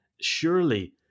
Surely